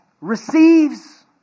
receives